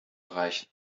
erreichen